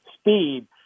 speed